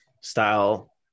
style